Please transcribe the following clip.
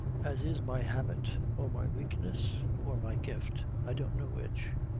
as is my habit, or my weakness or my gift, i don't know which,